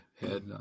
head